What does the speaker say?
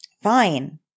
fine